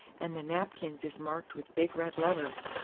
an' the napkins is marked with big red letters.